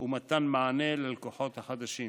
ומתן מענה ללקוחות החדשים.